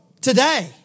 today